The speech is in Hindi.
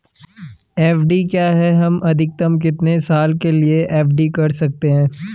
एफ.डी क्या है हम अधिकतम कितने साल के लिए एफ.डी कर सकते हैं?